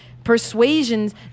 persuasions